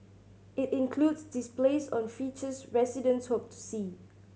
it includes displays on features residents hope to see